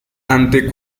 ante